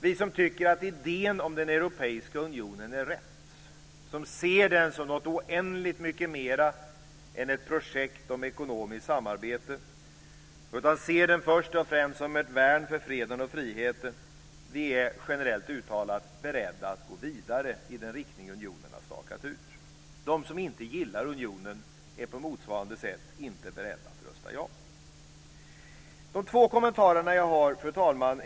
Vi som tycker att idén om den europeiska unionen är rätt, som ser den som något oändligt mycket mera än ett projekt om ekonomiskt samarbete, som ser den först och främst som ett värn för freden och friheten, är generellt uttalat beredda att gå vidare i den riktning som unionen har stakat ut. De som inte gillar unionen är på motsvarande sätt inte beredda att rösta ja. Fru talman! Jag har två kommentarer.